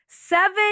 Seven